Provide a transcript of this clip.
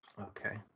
Okay